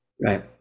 Right